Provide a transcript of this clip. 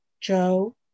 Joe